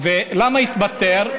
למה התפטר?